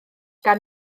gan